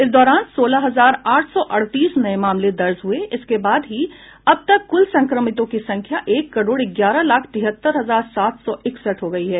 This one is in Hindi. इस दौरान सोलह हजार आठ सौ अड़तीस नये मामले दर्ज हुए इसके साथ ही अब तक कुल संक्रमित लोगों की संख्या एक करोड ग्यारह लाख तिहत्तर हजार सात सौ इकसठ हो गई है